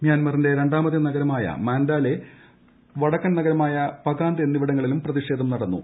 മ്യാൻമറിന്റെ രണ്ടാമത്തെ നഗരമായ മൻഡാലെ വടക്കൻ നഗരമായ പകാന്ത് എന്നിവിടങ്ങളിലും പ്രതിഷേധം നടന്നു